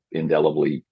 indelibly